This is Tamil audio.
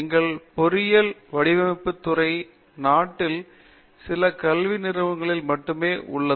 எங்கள் பொறியியல் வடிவமைப்பு துறை நாட்டில் சில கல்வி நிறுவனக்களில் மட்டுமே உள்ளது